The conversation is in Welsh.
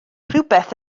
rhywbeth